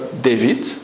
David